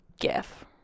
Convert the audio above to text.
GIF